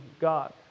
God